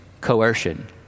Coercion